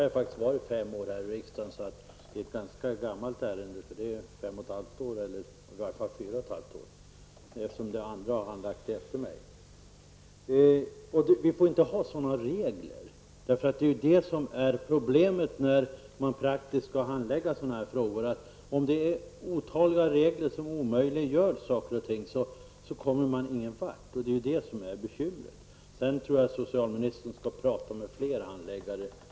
Jag har varit fem år här i riksdagen, och det gäller ett ganska gammalt ärende, i varje fall fyra och ett halvt år. Andra har handlagt det efter mig. Vi får inte ha sådana regler när sådana här frågor praktiskt skall handläggas. Bekymret är att om otaliga regleringar omöjliggör saker och ting, kommer man ingen vart. Jag tror vidare att socialministern skall tala med flera handläggare.